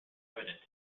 evident